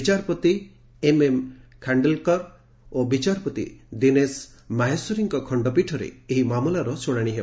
ବିଚାରପତି M M Khanwilkar ଓ ବିଚାରପତି ଦୀନେଶ ମାହେଶ୍ୱରୀଙ୍କ ଖଖପୀଠରେ ଏହି ମାମଲାର ଶୁଶାଶି ହେବ